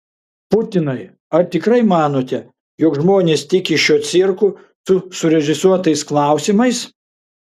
putinai ar tikrai manote jog žmonės tiki šiuo cirku su surežisuotais klausimais